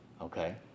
Okay